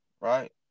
right